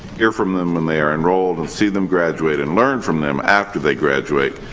hear from them when they are enrolled, and see them graduate and learn from them after they graduate,